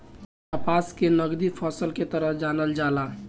कपास के नगदी फसल के तरह जानल जाला